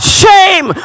shame